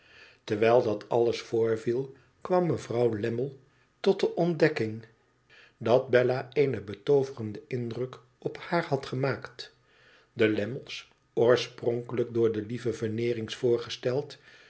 terwijl dat alles voorviel kwam mevrouw lammie tot de ondekking dat bella een betooverenden indruk op haar had gemaakt de lammies oorspronkelijk door de lieve veneerings voorgesteld